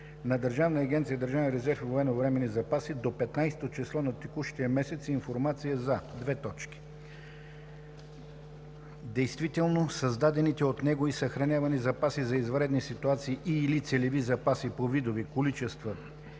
на Държавна агенция „Държавен резерв и военновременни запаси“ до 15-то число на текущия месец информация за: 1. действително създадените от него и съхранявани запаси за извънредни ситуации и/или целеви запаси по видове, количества